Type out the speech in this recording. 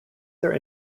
their